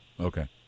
Okay